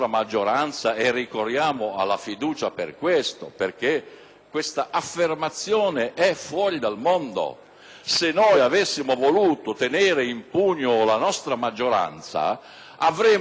questa affermazione è fuori dal mondo. Se avessimo voluto tenere in pugno la nostra maggioranza avremmo impedito ai nostri senatori di presentare emendamenti.